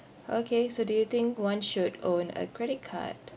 okay so do you think one should own a credit card